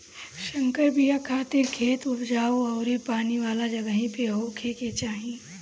संकर बिया खातिर खेत उपजाऊ अउरी पानी वाला जगही पे होखे के चाही